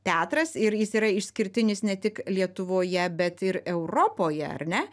teatras ir jis yra išskirtinis ne tik lietuvoje bet ir europoje ar ne